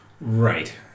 Right